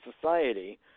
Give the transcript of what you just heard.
society